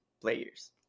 players